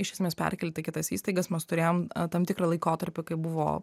iš esmės perkelti į kitas įstaigas mes turėjom tam tikrą laikotarpį kai buvo